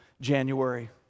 January